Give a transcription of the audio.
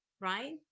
right